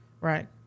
Right